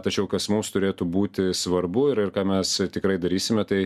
tačiau kas mums turėtų būti svarbu ir ir ką mes tikrai darysime tai